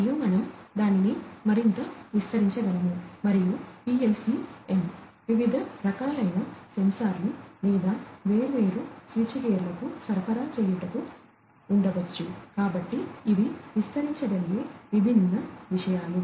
మరియు మనం దానిని మరింత విస్తరించగలము మరియు PLC n వివిధ రకాలైన సెన్సార్లు లేదా వేర్వేరు స్విచ్ గేర్లకు సరఫరా చేయుటకు ఉండవచ్చు కాబట్టి ఇవి విస్తరించగలిగే విభిన్న విషయాలు